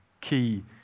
key